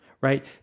right